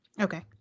Okay